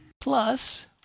Plus